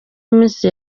iminsi